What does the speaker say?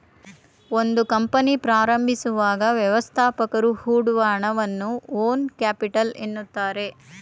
ಒಂದು ಕಂಪನಿ ಪ್ರಾರಂಭಿಸುವಾಗ ವ್ಯವಸ್ಥಾಪಕರು ಹೊಡುವ ಹಣವನ್ನ ಓನ್ ಕ್ಯಾಪಿಟಲ್ ಎನ್ನುತ್ತಾರೆ